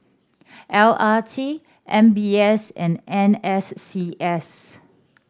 L R T M B S and N S C S